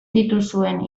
dituzuen